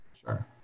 Sure